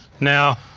now,